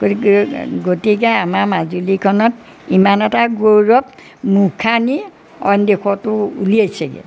গতিকে আমাৰ মাজুলীখনত ইমান এটা গৌৰৱ মুখা নি অইন দেশটো উলিয়াইছেগৈ